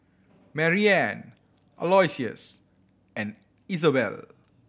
Maryanne Aloysius and Isobel